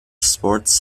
sports